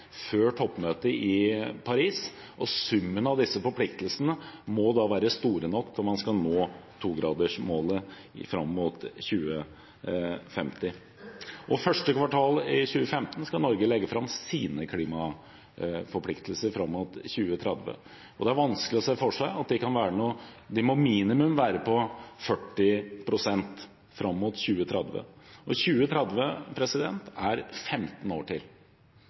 før toppmøtet i Paris, og summen av disse forpliktelsene må da være store nok om man skal nå 2-gradersmålet fram mot 2050. Første kvartal 2015 skal Norge legge fram sine klimaforpliktelser fram mot 2030, og de må minimum være på 40 pst. Det er 15 år til 2030. Hvis vi ser 15 år tilbake og fram til i dag, er det ikke redusert noe som helst. De neste 15